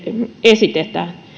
esitetään se